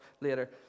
later